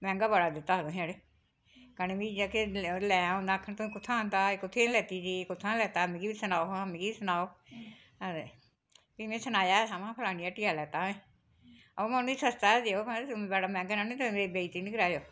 मैंह्गा बड़ा दित्ता हा तोहें अड़ेओ कन्नै मी जेह्के लैं उन्नै आक्खना तू कुत्थां आंदा तू कुत्थां लैती दी चीजा कुत्थां लैता मिगी बी सनाओ हां मिगी बी सनाओ हां ते फ्ही मै सनाया सामनै फलानी हट्टी दा लैता अमां उनेंगी सस्ता गै देओ महारजा बड़ा मैंह्गा ना नि देओ मत मेरी बेसती नी कराएओ